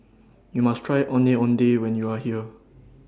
YOU must Try Ondeh Ondeh when YOU Are here